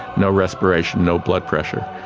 no respiration, no blood pressure.